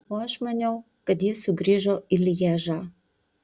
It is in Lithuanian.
o aš maniau kad jis sugrįžo į lježą